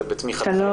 זה בתמיכתכם?